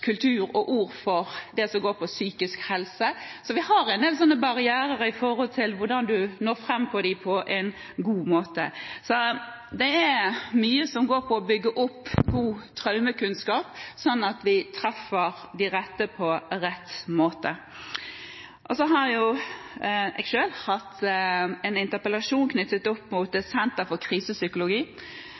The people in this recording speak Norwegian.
kultur og ord for det som går på psykisk helse. Så vi har en del barrierer når det gjelder hvordan man når fram til dem på en god måte. Det er mye som går på å bygge opp god traumekunnskap, sånn at vi treffer de rette på rett måte. Jeg har selv hatt en interpellasjon knyttet til Senter for Krisepsykologi.